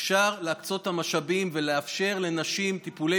אפשר להקצות את המשאבים ולאפשר לנשים טיפולי